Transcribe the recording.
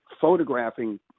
photographing